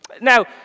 Now